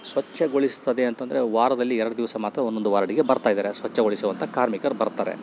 ಸ್ವಚ್ಛಗೊಳಿಸ್ತಿದೆ ಅಂತಂದ್ರೆ ವಾರದಲ್ಲಿ ಎರ್ಡು ದಿವಸ ಮಾತ್ರ ಒಂದೊಂದು ವಾರ್ಡಿಗೆ ಬರ್ತಾಯಿದ್ದಾರೆ ಸ್ವಚ್ಛಗೊಳಿಸುವಂಥ ಕಾರ್ಮಿಕರು ಬರ್ತಾರೆ